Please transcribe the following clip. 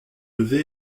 lever